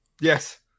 yes